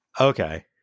Okay